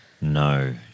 No